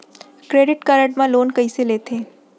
Credit card मा loan कइसे लेथे?